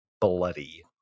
bloody